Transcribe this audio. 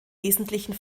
wesentlichen